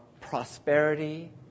prosperity